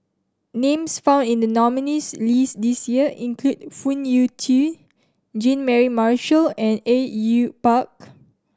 names found in the nominees' list this year include Phoon Yew Tien Jean Mary Marshall and Au Yue Pak